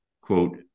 quote